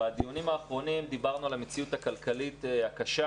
בדיונים האחרונים דיברנו על המציאות הכלכלית הקשה